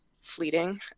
fleeting